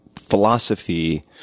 philosophy